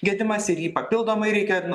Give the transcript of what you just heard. gedimas ir jį papildomai reikia